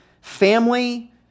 family